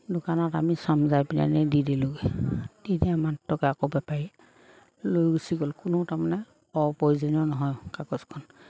দোকানত আমি চম্জাই পিনে নি দি দিলোঁগে দি দিয়া মানুহটোক আকৌ বেপাৰী লৈ গুচি গ'ল কোনো তাৰমানে অপ্ৰয়োজনীয় নহয় কাগজখন